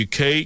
UK